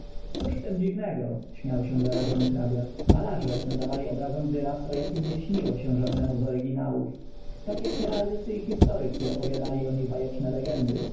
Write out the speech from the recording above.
cóż w tem dziwnego śmiał się zarażony hrabia malarze nadawali obrazom wyraz o jakim nie śniło się żadnemu z oryginałów tak jak heraldycy i historycy opowiadali o nich bajeczne legendy